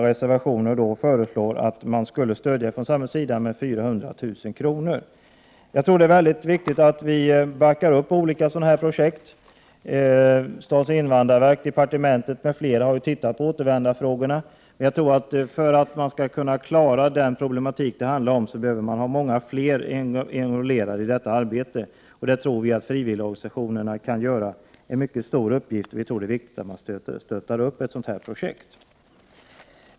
I reservationen föreslår vi att samhället skall stödja denna verksamhet med 400 000 kr. Jag tror att det är mycket viktigt att man från samhällets sida backar upp denna typ av projekt. Statens invandrarverk, departementet, m.fl. har ju sett över frågor som rör återvandring. För att problemen i samband med denna skall klaras av behöver fler involveras i detta arbete. Vi tror att frivilligorganisationerna kan göra mycket, och det är därför viktigt att sådana projekt stöds.